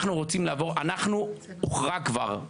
הוכרע כבר,